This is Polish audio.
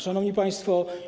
Szanowni Państwo!